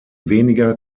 weniger